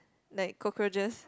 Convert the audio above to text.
like cockroaches